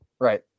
Right